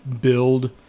build